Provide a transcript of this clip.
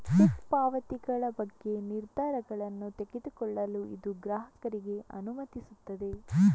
check ಪಾವತಿಗಳ ಬಗ್ಗೆ ನಿರ್ಧಾರಗಳನ್ನು ತೆಗೆದುಕೊಳ್ಳಲು ಇದು ಗ್ರಾಹಕರಿಗೆ ಅನುಮತಿಸುತ್ತದೆ